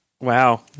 Wow